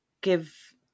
give